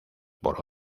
por